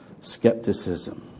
skepticism